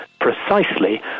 precisely